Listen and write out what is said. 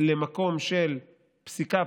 למקום של פסיקה